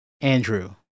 Andrew